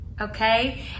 Okay